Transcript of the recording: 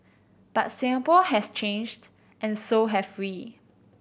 but Singapore has changed and so have we